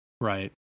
Right